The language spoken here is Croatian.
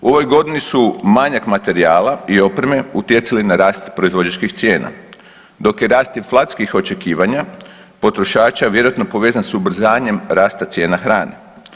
U ovoj godini su manjak materijala i opreme utjecali na rast proizvođačkih cijena, dok je rast inflacijskih očekivanja potrošača vjerojatno povezan sa ubrzanjem rasta cijena hrane.